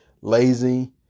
lazy